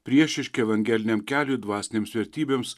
priešiški evangeliniam keliui dvasinėms vertybėms